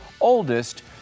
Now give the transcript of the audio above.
oldest